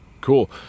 cool